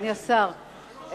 אדוני השר,